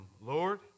Lord